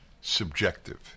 subjective